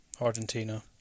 Argentina